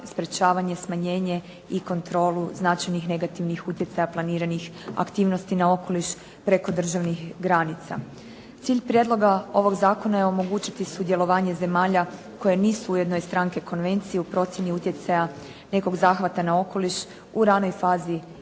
sprječavanje, smanjenje i kontrolu značajnih negativnih utjecaja planiranih aktivnosti na okoliš preko državnih granica. Cilj prijedloga ovog zakona je omogućiti sudjelovanje zemalja koje nisu ujedno i stranke konvencije u procjeni utjecaja nekog zahvata na okoliš u ranoj fazi